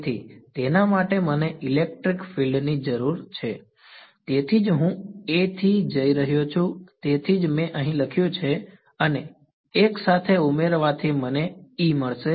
તેથી તેના માટે મને ઇલેક્ટ્રિક ફિલ્ડની જરૂર છે તેથી જ હું A થી જઈ રહ્યો છું તેથી જ મેં અહીં લખ્યું છે અને એકસાથે ઉમેરવાથી મને E મળશે